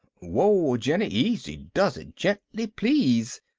whoa, jenny! easy does it. gently, please!